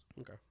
Okay